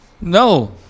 No